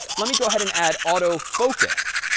let me go ahead and add autofocus.